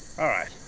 alright.